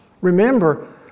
Remember